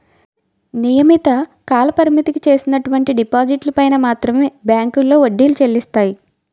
నియమిత కాలపరిమితికి చేసినటువంటి డిపాజిట్లు పైన మాత్రమే బ్యాంకులో వడ్డీలు చెల్లిస్తాయి